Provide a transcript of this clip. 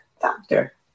doctor